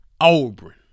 Auburn